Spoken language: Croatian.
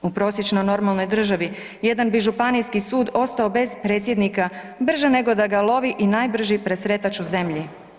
U prosječno normalnoj državi jedan bi županijski sud ostao bez predsjednika brže nego da ga lovi najbrži presretač u zemlji.